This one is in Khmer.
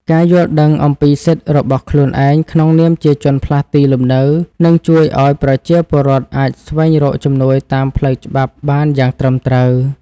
ការយល់ដឹងអំពីសិទ្ធិរបស់ខ្លួនឯងក្នុងនាមជាជនផ្លាស់ទីលំនៅនឹងជួយឱ្យប្រជាពលរដ្ឋអាចស្វែងរកជំនួយតាមផ្លូវច្បាប់បានយ៉ាងត្រឹមត្រូវ។